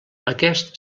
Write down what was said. aquest